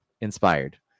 inspired